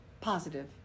Positive